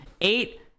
Eight